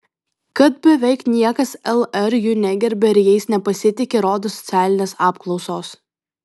kad beveik niekas lr jų negerbia ir jais nepasitiki rodo socialinės apklausos